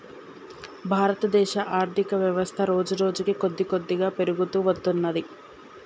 భారతదేశ ఆర్ధికవ్యవస్థ రోజురోజుకీ కొద్దికొద్దిగా పెరుగుతూ వత్తున్నది